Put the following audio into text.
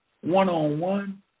One-on-one